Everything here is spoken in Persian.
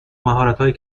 مهارتهایی